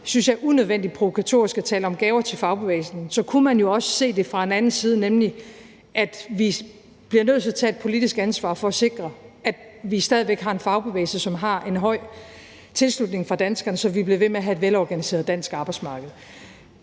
synes jeg – unødvendigt provokatorisk taler om gaver til fagbevægelsen, kunne man jo også se det fra en anden side, nemlig på den måde, at vi bliver nødt til at tage et politisk ansvar for at sikre, at vi stadig væk har en fagbevægelse, som har en høj tilslutning fra danskerne, så vi bliver ved med at have et velorganiseret dansk arbejdsmarked.